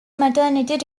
maternity